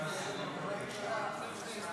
התשפ"ה 2024, נתקבל.